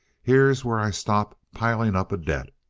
here's where i stop piling up a debt.